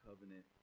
covenant